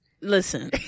Listen